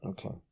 Okay